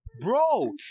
Bro